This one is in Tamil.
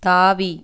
தாவி